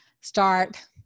start